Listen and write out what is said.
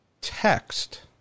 text